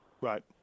Right